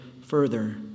further